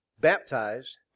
baptized